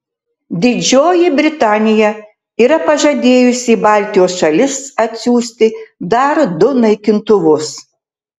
didžioji britanija yra pažadėjusi į baltijos šalis atsiųsti dar du naikintuvus